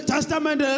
Testament